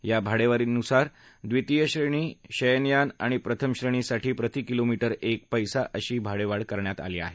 या भाडेवाढीनुसार ब्रितीय श्रेणी शयनयान आणि प्रथम श्रेणीसाठी प्रति किलोमीटर एक पैसा अशी भाडे वाढ करण्यात आली आहे